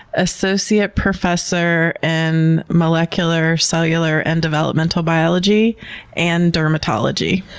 associate professor in molecular, cellular and developmental biology and dermatology.